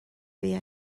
bhí